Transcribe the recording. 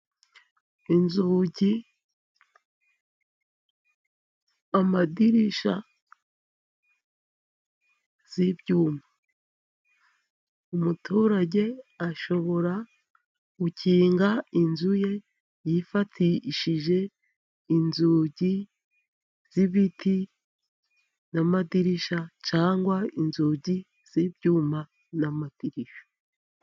Inzugi, amadirishya y'ibyuma. Umuturage ashobora gukinga inzu ye yifatishije inzugi z'ibiti n'amadirishya, cyangwa inzugi z'ibyuma n'amadirishya.